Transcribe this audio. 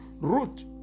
Root